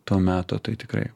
to meto tai tikrai